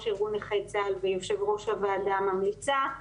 ארגון נכי צה"ל ויושב-ראש הוועדה הממליצה.